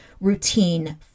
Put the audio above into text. routine